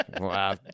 Wow